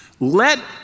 Let